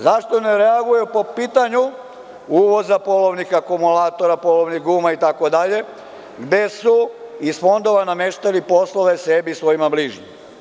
Zašto ne reaguje po pitanjuuvoza polovnih akumulatora, polovnih guma itd, gde su iz fondova nameštali poslove sebi i svojima bližnjima?